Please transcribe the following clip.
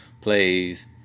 plays